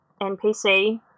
NPC